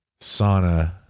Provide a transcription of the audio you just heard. sauna